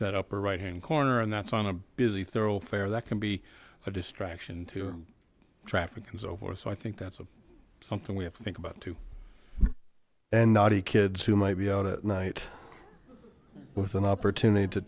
that upper right hand corner and that's on a busy thoroughfare that can be a distraction to traffic and so forth so i think that's something we have to think about too and not a kids who might be out at night with an opportunity to